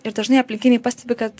ir dažnai aplinkiniai pastebi kad